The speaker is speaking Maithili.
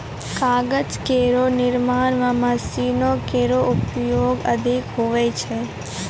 कागज केरो निर्माण म मशीनो केरो प्रयोग अधिक होय छै